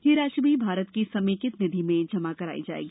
यह राशि भी भारत की समेकित निधि में जमा कराई जाएगी